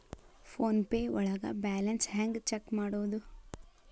Phone pay ಒಳಗ balance ಹೆಂಗ್ check ಮಾಡುವುದು?